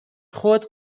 خود